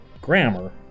grammar